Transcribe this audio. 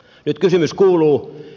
nyt kysymys kuuluu